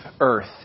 earth